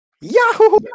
Yahoo